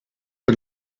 que